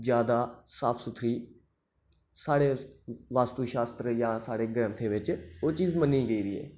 जैदा साफ सुथरी साढ़े वास्तु शास्त्रें जां साढ़े ग्रंथें बिच ओह् चीज मन्नी गेदी ऐ